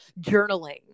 journaling